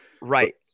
Right